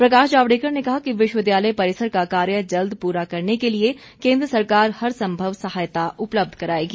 प्रकाश जावड़ेकर ने कहा कि विश्वविद्यालय परिसर का कार्य जल्द पूरा करने के लिए केन्द्र सरकार हर सम्भव सहायता उपलब्ध कराएगी